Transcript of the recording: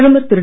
பிரதமர் திரு